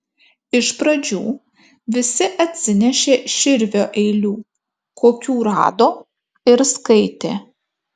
iš pradžių visi atsinešė širvio eilių kokių rado ir skaitė